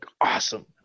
awesome